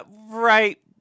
Right